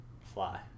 fly